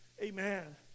Amen